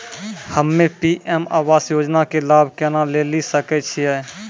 हम्मे पी.एम आवास योजना के लाभ केना लेली सकै छियै?